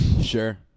Sure